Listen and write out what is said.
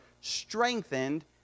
strengthened